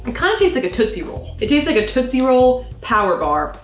kind of tastes like a tootsie roll. it tastes like a tootsie roll power bar,